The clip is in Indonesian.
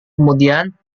kemudian